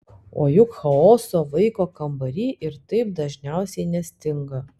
o juk chaoso vaiko kambary ir taip dažniausiai nestinga